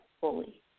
fully